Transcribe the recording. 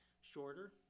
shorter